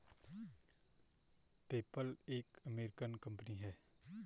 PayPal एक American company है